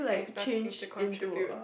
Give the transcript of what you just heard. I have nothing to contribute